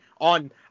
on